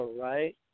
right